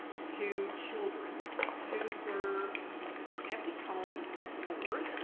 to children who were kept at home bored